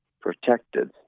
protected